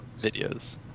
videos